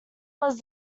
was